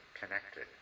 connected